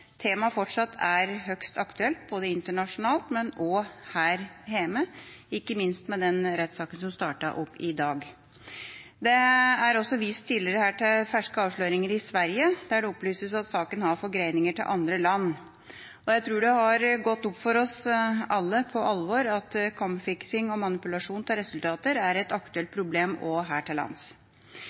temaet fortsatt er høyst aktuelt, både internasjonalt og her hjemme, ikke minst med tanke på den rettssaken som startet i dag. Det er også vist tidligere her til ferske avsløringer i Sverige der det opplyses at saken har forgreininger til andre land, og jeg tror det har gått opp for oss alle for alvor at kampfiksing og manipulasjon av resultater er et aktuelt problem også her til lands.